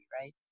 right